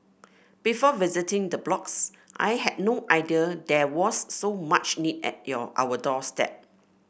before visiting the blocks I had no idea there was so much need at your our doorstep